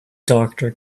doctor